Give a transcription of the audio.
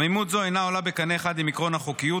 עמימות זו אינה עולה בקנה אחד עם עקרון החוקיות,